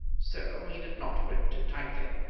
so he did not grip too tightly.